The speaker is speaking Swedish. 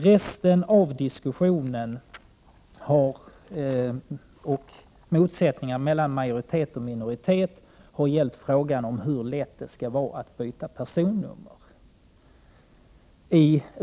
Den övriga diskussionen har gällt de motsättningar som finns mellan majoriteten och minoriteten i utskottet när det gäller frågan om hur lätt det skall vara att byta personnummer.